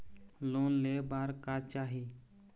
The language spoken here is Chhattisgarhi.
लोन ले बार का चाही?